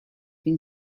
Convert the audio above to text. been